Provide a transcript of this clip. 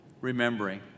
remembering